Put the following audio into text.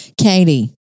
Katie